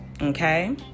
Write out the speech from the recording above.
okay